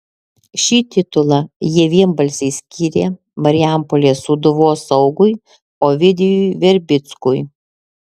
šį titulą jie vienbalsiai skyrė marijampolės sūduvos saugui ovidijui verbickui